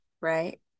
right